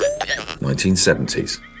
1970s